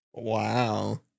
Wow